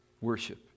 Worship